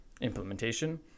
implementation